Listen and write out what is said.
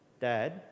Dad